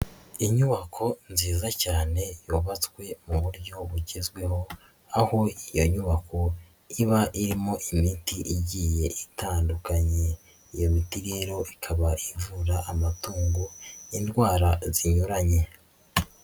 Inyubako nziza cyane yubatswe mu buryo bugezweho aho iyo nyubako iba irimo imiti igiye itandukanye, iyo miti rero ikaba ivura amatungo indwara zinyuranye.